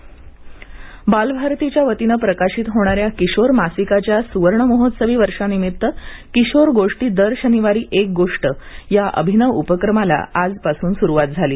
बालभारती भागयश्री अमृता बालभारतीच्या वतीने प्रकाशित होणाऱ्या किशोर मासिकाच्या सुवर्णमहोत्सवी वर्षानिमित्त किशोर गोष्टी दर शनिवारी एक गोष्ट या अभिनव उपक्रमाला आजपासून स्रुवात झाली